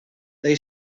they